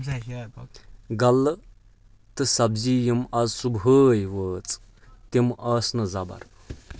غلہٕ تہٕ سبزی یِم آز صُبحٲے وٲژٕ تِم آسہٕ نہٕ زبر